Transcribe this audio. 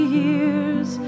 years